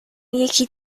یکی